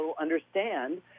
understand